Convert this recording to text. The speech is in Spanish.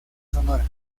sonora